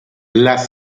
las